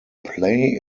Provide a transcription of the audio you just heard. play